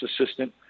assistant